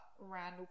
Randall